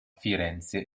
firenze